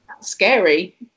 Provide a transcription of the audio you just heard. scary